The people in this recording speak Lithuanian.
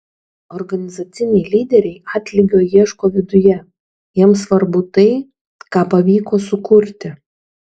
organizaciniai lyderiai atlygio ieško viduje jiems svarbu tai ką pavyko sukurti